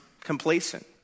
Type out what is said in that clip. complacent